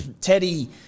Teddy